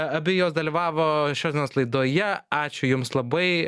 a abi jos dalyvavo šios dienos laidoje ačiū jums labai